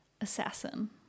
assassin